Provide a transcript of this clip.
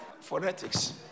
phonetics